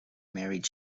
married